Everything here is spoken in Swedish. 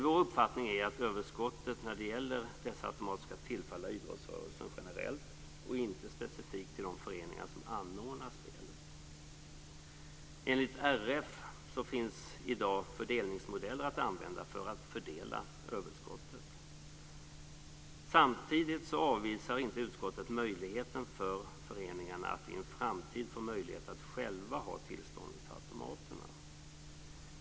Vår uppfattning är att överskottet när det gäller dessa automater skall tillfalla idrottsrörelsen generellt och inte specifikt de föreningar som anordnar spelet. Enligt RF finns det i dag fördelningsmodeller att använda för att fördela överskottet. Samtidigt avvisar inte utskottet möjligheten för föreningarna att i en framtid få möjlighet att själva ha tillståndet för automaterna.